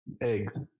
eggs